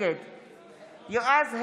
נגד יועז הנדל,